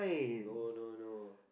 no no no